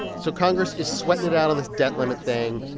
so congress is sweating it out on this debt limit thing.